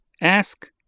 Ask